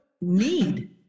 need